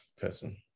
person